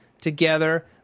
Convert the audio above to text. together